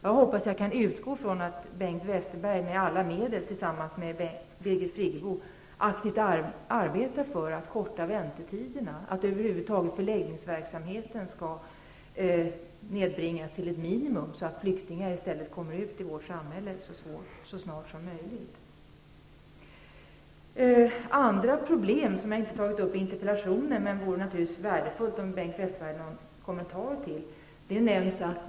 Jag hoppas att jag kan utgå från att Bengt Westerberg med alla medel tillsammans med Birgit Friggebo aktivt arbetar för kortare väntetider och för att förläggningsverksamheten över huvud taget nedbringas till ett minimum, så att flyktingar i stället så fort som möjligt kommer ut i vårt samhälle. Men det finns också andra problem som jag inte tagit upp i interpellationen och som det naturligtvis vore värdefullt om Bengt Westerberg något kommenterade.